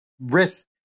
risk